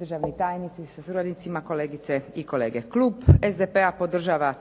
državni tajnici sa suradnicima, kolegice i kolege. Klub SDP-a podržava